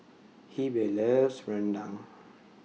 Heber loves Rendang